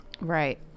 Right